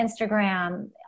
Instagram